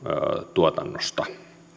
tuotannosta